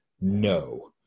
no